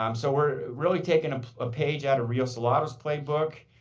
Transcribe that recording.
um so we're really take and a page out of rio salado's playbook.